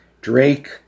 Drake